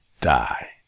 die